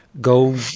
go